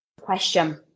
question